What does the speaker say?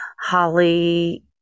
Holly